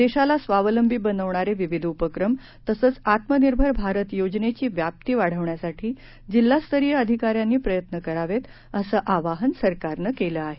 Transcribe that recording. देशाला स्वावलंबी बनवणारे विविध उपक्रम तसंच आत्मनिर्भर भारत योजनेची व्याप्ती वाढवण्यासाठी जिल्हास्तरीय अधिकाऱ्यांनी प्रयत्न करावेत असं आवाहन सरकारनं केलं आहे